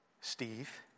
Steve